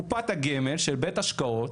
קופת הגמל של בית השקעות,